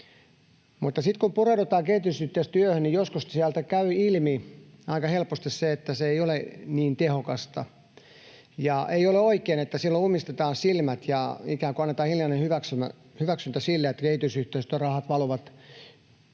Mutta sitten kun pureudutaan kehitysyhteistyöhön, niin joskus sieltä käy ilmi aika helposti se, että se ei ole niin tehokasta, ja ei ole oikein, että siellä ummistetaan silmät ja ikään kuin annetaan hiljainen hyväksyntä sille, että kehitysyhteistyörahat valuvat